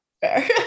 Fair